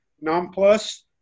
Nonplus